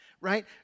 right